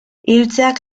hiltzeak